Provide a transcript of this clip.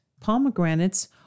Pomegranates